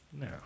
No